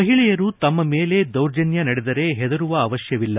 ಮಹಿಳೆಯರು ತಮ್ಮ ಮೇಲೆ ದೌರ್ಜನ್ಯ ನಡೆದರೆ ಹೆದರುವ ಅವಶ್ಯವಿಲ್ಲ